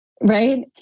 right